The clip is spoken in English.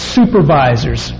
supervisors